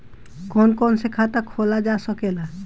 कौन कौन से खाता खोला जा सके ला?